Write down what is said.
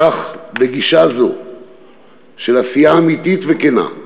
כך, בגישה זו של עשייה אמיתית וכנה,